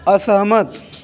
असहमत